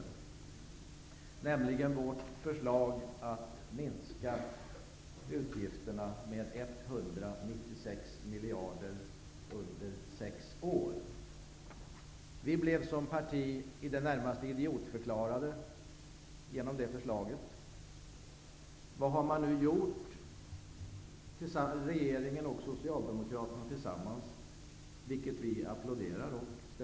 Det gäller vårt förslag att minska utgifterna med 196 miljarder under sex år. Vi blev som parti i det närmaste idiotförklarat på grund av det förslaget. Vad har nu regeringen och Socialdemokraterna gjort tillsammans?